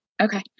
Okay